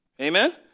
amen